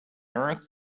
earth